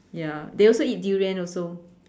ya they also eat durian also